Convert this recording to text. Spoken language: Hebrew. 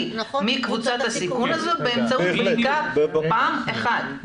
מקבוצת הסיכון הזאת באמצעות בדיקה פעם אחת.